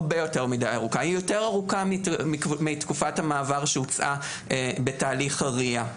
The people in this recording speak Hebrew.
יותר ארוכה מתקופת המעבר שהוצעה בתהליך הריא.